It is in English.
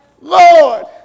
Lord